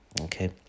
Okay